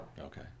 Okay